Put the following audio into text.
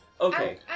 Okay